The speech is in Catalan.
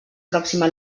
pròxima